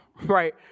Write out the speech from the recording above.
right